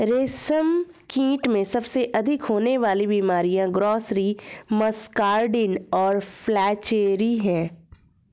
रेशमकीट में सबसे अधिक होने वाली बीमारियां ग्रासरी, मस्कार्डिन और फ्लैचेरी हैं